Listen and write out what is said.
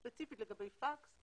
ספציפית לגבי פקס.